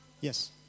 Yes